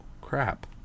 crap